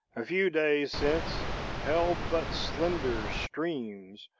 a few days since held but slender streams,